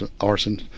arson